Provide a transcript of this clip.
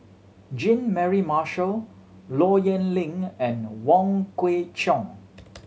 Jean Mary Marshall Low Yen Ling and Wong Kwei Cheong